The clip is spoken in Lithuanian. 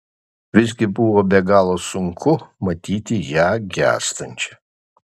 visgi buvo be galo sunku matyti ją gęstančią